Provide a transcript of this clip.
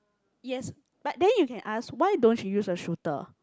yes but then you can ask why don't you use a shooter